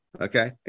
Okay